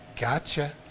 Gotcha